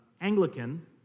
Anglican